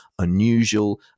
Unusual